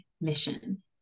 mission